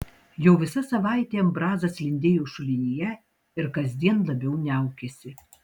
jau visa savaitė ambrazas lindėjo šulinyje ir kasdien labiau niaukėsi